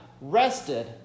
rested